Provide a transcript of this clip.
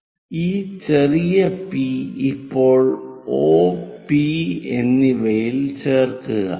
അതിനാൽ ഈ ചെറിയ പി ഇപ്പോൾ ഓ പി OP എന്നിവയിൽ ചേർക്കുക